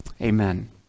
Amen